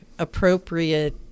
appropriate